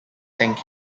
thank